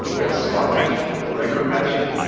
we have smart matching, record matching,